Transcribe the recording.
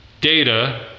data